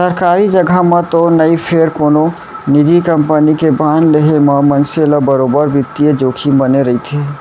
सरकारी जघा म तो नई फेर कोनो निजी कंपनी के बांड लेहे म मनसे ल बरोबर बित्तीय जोखिम बने रइथे